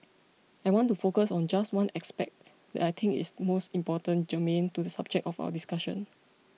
I want to focus on just one aspect that I think is most germane to the subject of our discussion